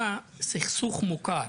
מדובר בסכסוך מוכר,